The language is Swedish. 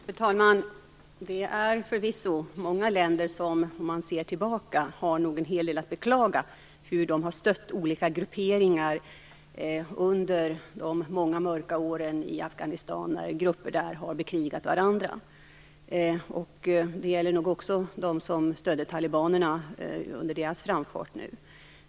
Fru talman! Det är förvisso många länder som om man ser tillbaka har en hel del att beklaga när det gäller hur de har stött olika grupperingar under de många mörka åren i Afghanistan när grupper där har bekrigat varandra. Det gäller nog också dem som stödde talibanerna under deras framfart nu.